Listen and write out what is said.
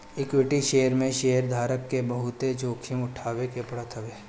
equity share में शेयरधारक के बहुते जोखिम उठावे के पड़त हवे